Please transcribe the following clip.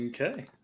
okay